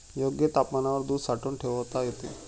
योग्य तापमानावर दूध साठवून ठेवता येते